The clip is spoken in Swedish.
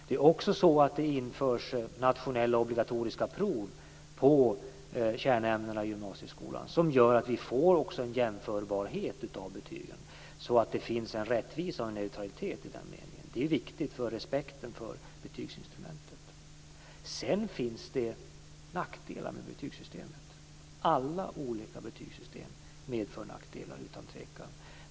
Det är också så att det införs nationella obligatoriska prov i kärnämnena i gymnasieskolan som gör att vi får en jämförbarhet av betygen och därmed en rättvisa och neutralitet. Det är viktigt för respekten för betygsinstrumentet. Sedan finns det nackdelar med betygssystemet. Alla olika betygssystem medför utan tvekan nackdelar.